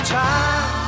time